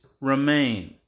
remain